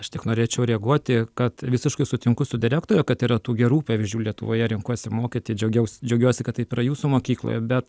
aš tik norėčiau reaguoti kad visiškai sutinku su direktore kad yra tų gerų pavyzdžių lietuvoje renkuosi mokyti džiaugiaus džiaugiuosi kad taip yra jūsų mokykloje bet